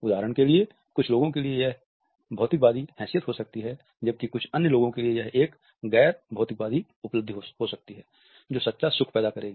उदाहरण के लिए कुछ लोगों के लिए यह भौतिकवादी हैसियत हो सकती है जबकि कुछ अन्य लोगों के लिए यह एक गैर भौतिकवादी उपलब्धि हो सकती है जो सच्चा सुख पैदा करेगी